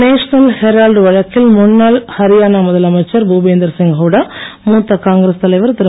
national herald வழக்கில் முன்னாள் ஹரியானா முதலமைச்சர் பூபேந்தர் சிங் ஹூடா மூத்த காங்கிரஸ் தலைவர் திரு